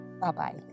Bye-bye